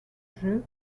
jeu